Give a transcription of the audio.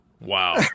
Wow